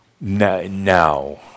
now